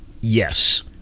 Yes